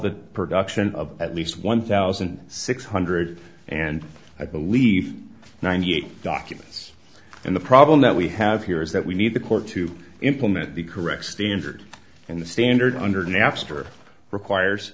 the production of at least one thousand six hundred and i believe ninety eight documents and the problem that we have here is that we need the court to implement the correct standard in the standard under napster requires